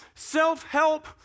self-help